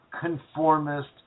conformist